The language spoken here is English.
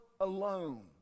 alone